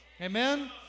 Amen